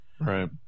Right